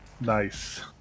Nice